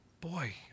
boy